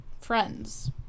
friends